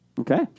Okay